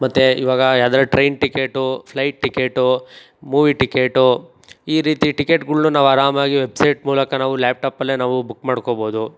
ಮತ್ತೆ ಇವಾಗ ಯಾವ್ದರ train ticket flight ticket movie ticket ಈ ರೀತಿ ಟಿಕೆಟ್ಗಳನ್ನು ನಾವು ಆರಾಮಾಗಿ ವೆಬ್ ಸೈಟ್ ಮೂಲಕ ನಾವು ಲ್ಯಾಪ್ಟಾಪಲ್ಲೇ ನಾವು ಬುಕ್ ಮಾಡ್ಕೊಬೋದು